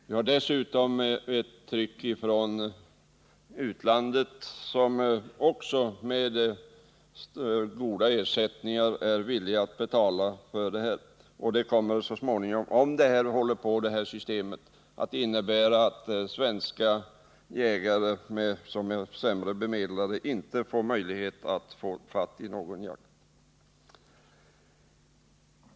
Vi har dessutom ett tryck från utlandet, där man är villig att ge goda ersättningar för jakträtt. Om det rådande systemet får fortgå, kommer det att innebära att de svenska jägare som är sämre bemedlade inte får möjlighet att jaga.